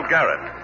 Garrett